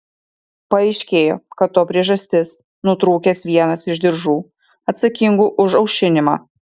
paaiškėjo kad to priežastis nutrūkęs vienas iš diržų atsakingų už aušinimą